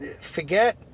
Forget